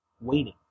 waiting